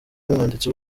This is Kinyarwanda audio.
n’umwanditsi